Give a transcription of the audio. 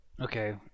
Okay